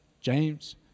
James